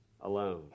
alone